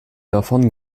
davon